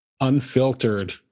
unfiltered